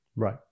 Right